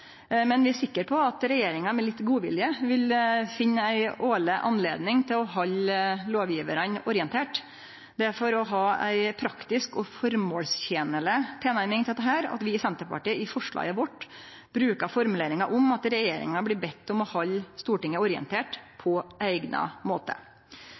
Men vi er sikre på at regjeringa med litt godvilje vil finne ei årleg anledning til å halde lovgjevarane orienterte. Det er for å ha ei praktisk og formålstenleg tilnærming til dette at vi i Senterpartiet i forslaget vårt brukar formuleringa om at regjeringa blir bedd om å halde Stortinget orientert på eigna måte.